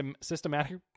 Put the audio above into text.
systematic